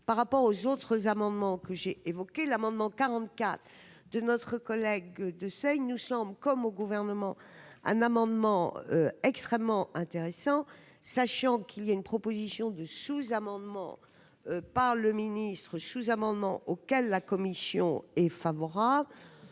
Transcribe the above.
Par rapport aux autres amendements que j'ai évoqué l'amendement 44 de notre collègue de seuil, nous sommes comme au gouvernement, un amendement extrêmement intéressant, sachant qu'il y a une proposition du sous-amendement par le ministre sous-amendement auquel la Commission est favorable,